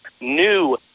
new